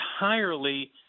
entirely